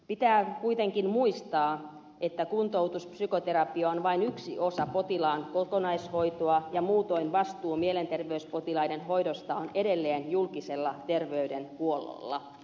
pitää kuitenkin muistaa että kuntoutuspsykoterapia on vain yksi osa potilaan kokonaishoitoa ja muutoin vastuu mielenterveyspotilaiden hoidosta on edelleen julkisella terveydenhuollolla